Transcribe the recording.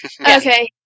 Okay